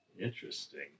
Interesting